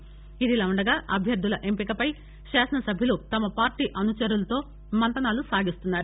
యిదిలావుండగా అభ్యర్గుల ఎంపికపై శాసనసభ్యులు తమ పార్టీ అనుచరులతో మంతనాలు సాగిస్తున్నారు